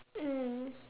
mm